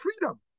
freedom